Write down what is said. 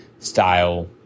style